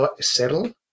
settle